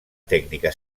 tècnica